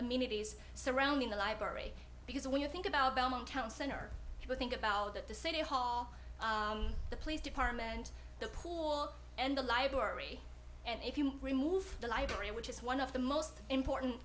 amenities surrounding the library because when you think about belmont town center you would think about that the city hall the police department the pool and the library and if you remove the library which is one of the most important